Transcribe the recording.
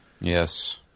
Yes